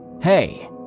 hey